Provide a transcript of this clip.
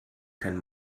kein